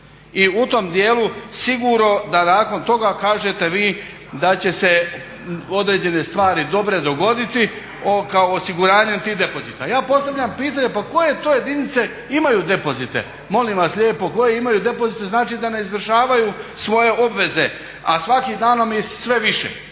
I u tom dijelu sigurno da nakon toga kažete vi da će se određene stvari dobre dogoditi kao osiguranje tih depozita. Ja postavljam pitanje pa koje to jedinice imaju depozite, molim vas lijepo koje imaju depozite znači da ne izvršavaju svoje obveze, a svakim danom i sve više.